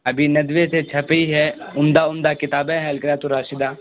ابھی ندوہ سے چھپی ہے عمدہ عمدہ کتابیں ہیں القراۃ الراشدہ